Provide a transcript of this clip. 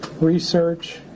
research